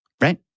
Right